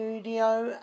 studio